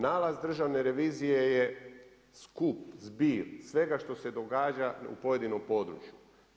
Nalaz Državne revizije je skup, zbir svega što se događa u pojedinom području.